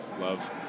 Love